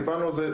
דיברנו על זה,